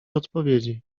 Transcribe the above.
odpowiedzi